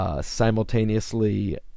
simultaneously